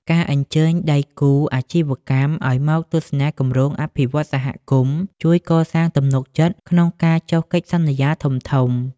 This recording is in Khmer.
ការអញ្ជើញដៃគូអាជីវកម្មឱ្យមកទស្សនាគម្រោងអភិវឌ្ឍន៍សហគមន៍ ជួយកសាងទំនុកចិត្តក្នុងការចុះកិច្ចសន្យាធំៗ។